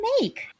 make